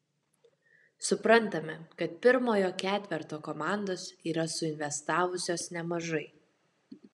suprantame kad pirmojo ketverto komandos yra suinvestavusios nemažai